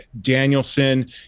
Danielson